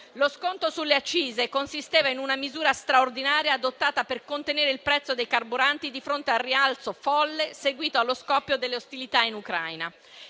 Lo sconto sulle accise consisteva in una misura straordinaria adottata per contenere il prezzo dei carburanti di fronte al rialzo folle seguito allo scoppio delle ostilità in Ucraina.